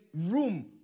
room